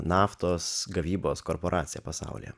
naftos gavybos korporaciją pasaulyje